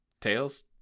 Tails